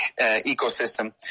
ecosystem